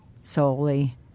solely